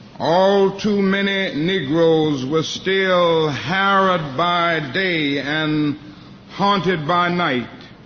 all too many negroes were still harried by day and haunted by night